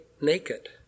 naked